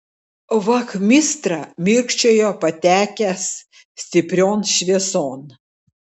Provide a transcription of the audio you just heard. vachmistra mirkčiojo patekęs stiprion švieson